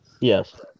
Yes